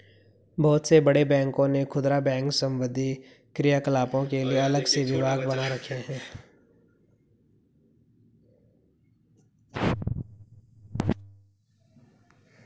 बहुत से बड़े बैंकों ने खुदरा बैंक संबंधी क्रियाकलापों के लिए अलग से विभाग बना रखे हैं